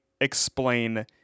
explain